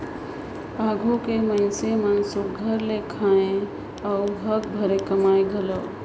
आघु कर मइनसे मन सुग्घर ले खाएं अउ हक भेर कमाएं घलो